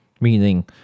Meaning